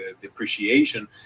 depreciation